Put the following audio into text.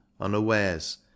unawares